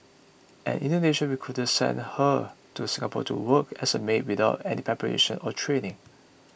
an Indonesian recruiter sent her to Singapore to work as a maid without any preparation or training